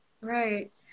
right